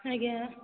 ଆଜ୍ଞା